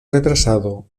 retrasado